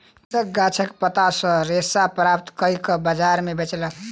कृषक गाछक पात सॅ रेशा प्राप्त कअ के बजार में बेचलक